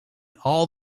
all